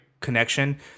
connection